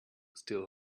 still